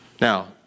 Now